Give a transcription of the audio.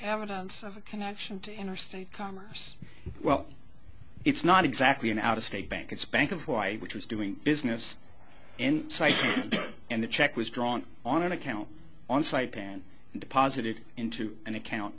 evidence of a connection to interstate commerce well it's not exactly an out of state bank it's bank of hawaii which was doing business in sight and the check was drawn on an account on site and deposited into an account